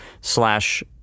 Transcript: slash